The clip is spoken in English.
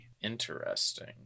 Interesting